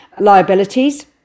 liabilities